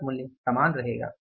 मानक मूल्य समान रहेगा